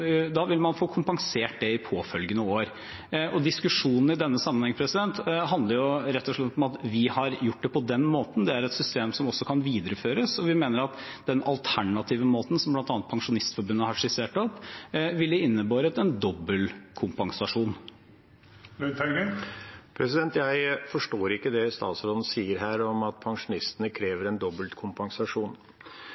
vil man få kompensert det i påfølgende år. Diskusjonen i denne sammenheng handler rett og slett om at vi har gjort det på den måten. Det er et system som også kan videreføres. Vi mener at den alternative måten som bl.a. Pensjonistforbundet har skissert, ville innebåret en dobbel kompensasjon. Jeg forstår ikke det statsråden sier her om at pensjonistene